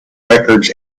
records